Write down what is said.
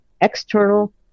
external